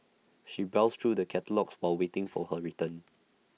she browsed through the catalogues while waiting for her return